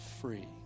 free